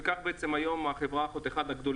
וכך החברה הפכה לאחת הגדולות